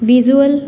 visual